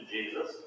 Jesus